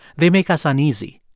they make us uneasy.